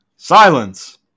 Silence